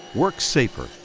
work safer.